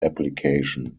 application